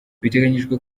biteganijwe